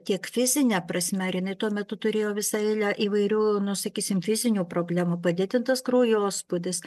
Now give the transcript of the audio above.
tiek fizine prasme ar jinai tuo metu turėjo visą eilę įvairių nu sakysim fizinių problemų padidintas kraujospūdis